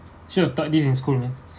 she was taught this in school man